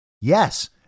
Yes